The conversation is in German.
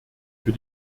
für